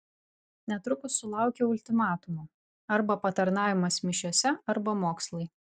netrukus sulaukiau ultimatumo arba patarnavimas mišiose arba mokslai